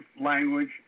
language